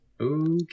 Okay